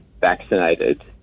vaccinated